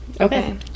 okay